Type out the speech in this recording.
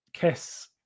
Kiss